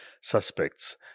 suspects